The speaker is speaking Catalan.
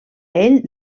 ell